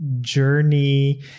journey